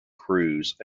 cruz